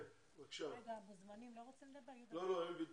ובכלל טוב להיות בישראל אחרי ארבעה וחצי חודשים.